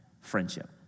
Friendship